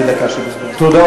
בשונה